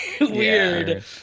weird